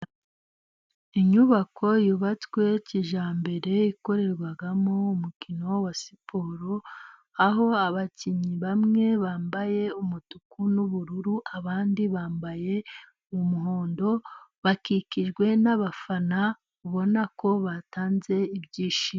Inyubako yubatswe kijyambere， ikorerwamo umukino wa siporo， aho abakinnyi bamwe bambaye umutuku n’ubururu， abandi bambaye umuhondo， bakikijwe n’abafana， ubona ko batanze ibyishimo.